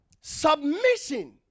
Submission